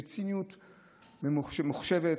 בציניות מחושבת,